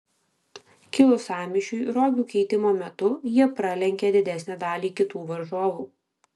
kilus sąmyšiui rogių keitimo metu jie pralenkė didesnę dalį kitų varžovų